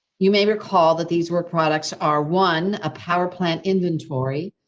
you may recall that these were products are one, a power plant inventory.